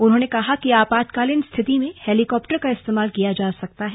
उन्होंने कहा कि आपातकालीन स्थिति में हेलिकॉप्टर का इस्तेमाल किया जा सकता है